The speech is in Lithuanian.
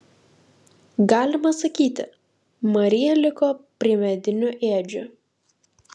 galima sakyti marija liko prie medinių ėdžių